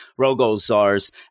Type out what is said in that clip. Rogozar's